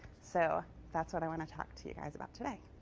so that's what i want to talk to you guys about today.